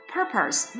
Purpose